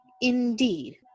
Indeed